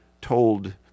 told